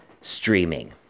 streaming